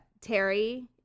Terry